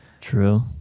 True